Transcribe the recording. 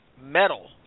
metal